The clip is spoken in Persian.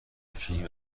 فیلم